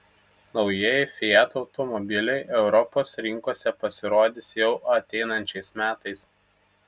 naujieji fiat automobiliai europos rinkose pasirodys jau ateinančiais metais